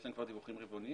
יש להם כבר דיווחים רבעוניים,